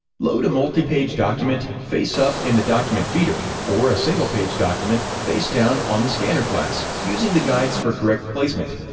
load a multi-page document face-up in the document feeder, or a single page document face-down on the scanner glass, using the guides for correct placement.